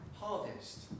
harvest